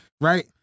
right